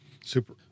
Super